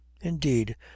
indeed